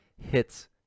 hits